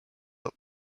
not